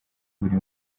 buri